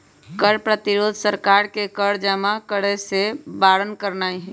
कर प्रतिरोध सरकार के कर जमा करेसे बारन करनाइ हइ